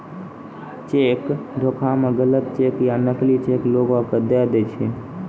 cheque धोखा मे गलत चेक या नकली चेक लोगो के दय दै छै